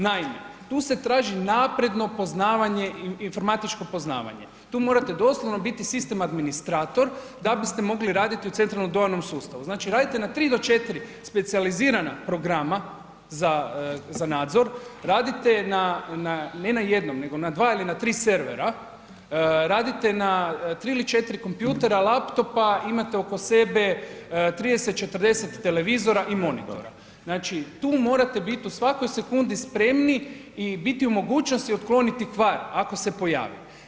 Naime, tu se traži napredno informatičko poznavanje, tu morate doslovno biti sistem administrator da biste mogli raditi u Centralnom dojavnom sustavu, znači radite na tri do četiri specijalizirana programa za nadzor, radite ne na jednom nego na dva ili na tri servera, radite na tri ili četiri kompjutora, laptopa imate oko sebe 30, 40 televizora i monitora, znači tu morate biti u svakoj sekundi spremni i biti u mogućnosti otkloniti kvar ako se pojavi.